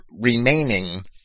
remaining